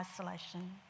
isolation